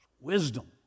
wisdom